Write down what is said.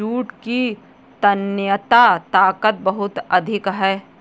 jute की तन्यता ताकत बहुत अधिक है